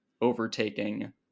overtaking